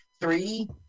Three